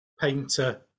painter